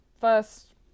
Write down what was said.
first